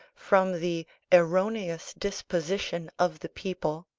from the erroneous disposition of the people,